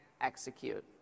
execute